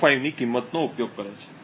25 ની કિંમતનો ઉપયોગ કરે છે